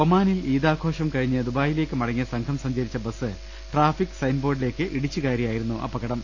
ഒമാനിൽ ഈദ് ആഘാഷം കഴിഞ്ഞ് ദുബായി ന ലേക്ക് മടങ്ങിയ സംഘം സഞ്ചരിച്ച ബസ് ട്രാഫിക് സൈൻബോർഡിലേക്ക് ഇടിച്ചുകയറിയായിരുന്നു അപകടം